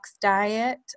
diet